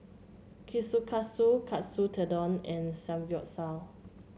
Kushikatsu Katsu Tendon and Samgeyopsal